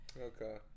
okay